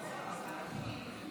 מכובדי היושב-ראש,